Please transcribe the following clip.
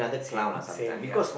same same ya